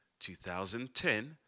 2010